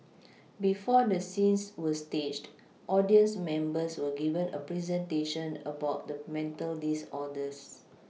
before the scenes were staged audience members were given a presentation about the mental disorders